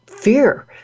fear